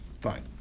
fine